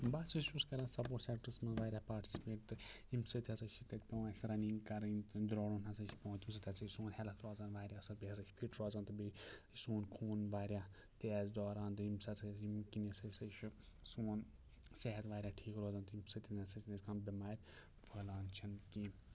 بہٕ ہَسا چھُس کَران سَپواٹس سیٚکٹَرَس منٛز واریاہ پاٹِسپیٹ تہٕ ییٚمہِ سۭتۍ ہَسا چھِ تَتہِ پٮ۪وان اَسہِ رَنِنٛگ کَرٕنۍ درٛاوڈُن ہَسا چھِ پٮ۪وان تیٚمہِ سۭتۍ ہَسا چھُ سون ہٮ۪لٕتھ روزان واریاہ اَصٕل بیٚیہِ ہَسا چھِ فِٹ روزان تہٕ بیٚیہِ سون خوٗن واریاہ تیز دوران تہٕ ییٚمہِ سۭتۍ ہَسا ییٚمکَس یہِ چھُ سون صحت واریاہ ٹھیٖک روزان تہٕ ییٚمہِ سۭتۍ ہَسا چھِ أسۍ کانٛہہ بٮ۪مارِ پھٔہلان چھِنہٕ کیٚنٛہہ